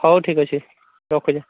ହଉ ଠିକ୍ ଅଛି ରଖୁଛି